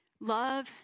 Love